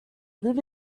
live